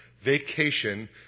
vacation